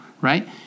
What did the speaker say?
right